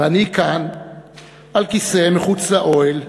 ואני כאן על כיסא מחוץ לאוהל,